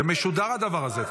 זה משודר, הדבר הזה.